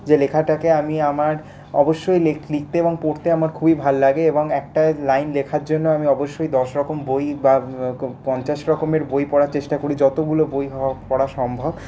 যে লেখাটাকে আমি আমার অবশ্যই লিখতে এবং পড়তে আমার খুবই ভাল লাগে এবং একটা লাইন লেখার জন্য আমি অবশ্যই দশ রকম বই বা পঞ্চাশ রকমের বই পড়ার চেষ্টা করি যতগুলো বই হওয়া পড়া সম্ভব